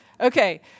Okay